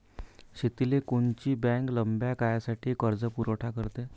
शेतीले कोनची बँक लंब्या काळासाठी कर्जपुरवठा करते?